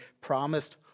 promised